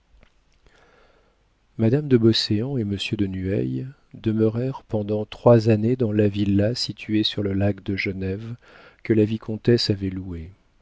madame de beauséant et monsieur de nueil demeurèrent pendant trois années dans la villa située sur le lac de genève que la vicomtesse avait louée